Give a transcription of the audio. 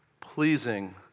pleasing